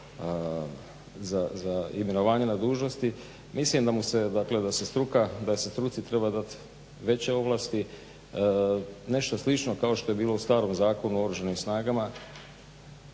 za imenovanja na dužnosti. Mislim da mu se, dakle da se struci treba dati veće ovlasti. Nešto slično kao što je bilo u starom Zakonu o Oružanim snagama